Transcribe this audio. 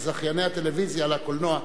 מזכייני הטלוויזיה לקולנוע.